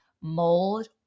mold